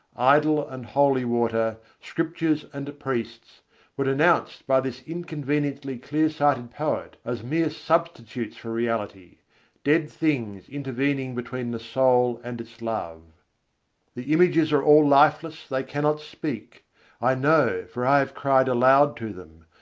idol and holy water, scriptures and priests were denounced by this inconveniently clear-sighted poet as mere substitutes for reality dead things intervening between the soul and its love the images are all lifeless, they cannot speak i know, for i have cried aloud to them.